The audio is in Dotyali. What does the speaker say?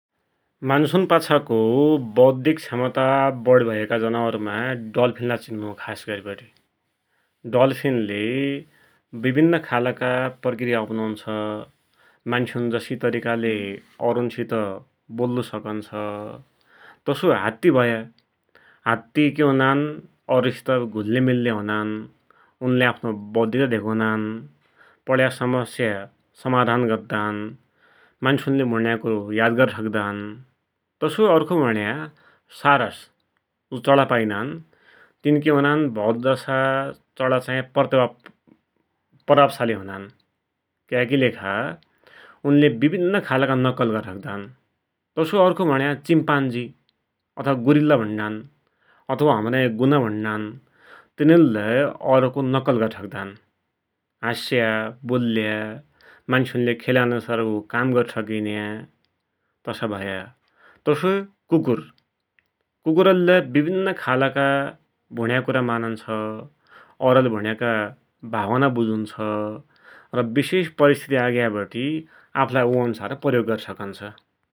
मान्सुन पाछाको बौद्दिक क्षमता बढी भयाका जनावरमाइ डल्फ़िनलाइ चिन्नौ खासगरी बटि । डल्फ़िनले विभिन्न खालका प्रकिया अपनुन्छ । मान्सुनजसि तरिकाले औरुन्सित बोल्लु सकुन्छ। तसोई हात्ती भया, हात्ती कि हुनान औरसित घुल्यामिल्या हुनान, उन्ले आफ्नो बौद्धिकता धेकुनान । पड्या समस्या समाधान गद्दान, मान्सुन्ले भुण्या कुरा याद गरि सक्दान । तसोई अर्खो भुण्या सारस, चडा पाइनान, तिन कि हुनान भौतजसा चडा चाहि प्रभावसाली हुनान । क्याकी लेखा उन्ले विभिन्न खालका नक्कल गरि सक्दान । तसोई अर्खो भुण्या चिम्पान्जी अथवा गुरिल्ला भुण्णान, अथवा हमरा या गुना भुण्णान, तिनुनलै औरको नक्कल गरि सक्दान, हास्या, बोल्या, मान्सुनाले खेल्या अन्सारको काम गरि सकिन्या तसा भया। तसोई कुकुर, कुकुरैल्लै विभिन्न खालका भुण्या कुरा मानुन्छ, औरले भुण्याका भावना बुजुन्न्छ, र बिशेष परिस्थिति आइग्याबटि आफ्लाई उइ अन्सार प्रयोग गरिसकुन्छ ।